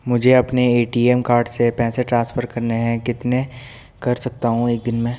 मुझे अपने ATM card से पैसे ट्रांसफर करने हैं कितने कर सकता हूँ एक दिन में?